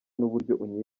n’uburyo